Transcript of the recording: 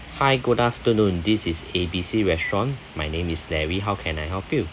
hi good afternoon this is A B C restaurant my name is larry how can I help you